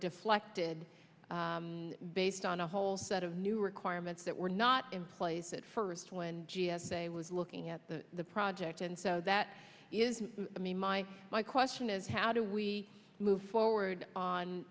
deflected based on a whole set of new requirements that were not in place at first when g s a was looking at the project and so that is i mean my my question is how do we move forward on